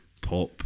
pop